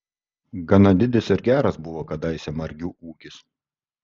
gana didis ir geras buvo kadaise margių ūkis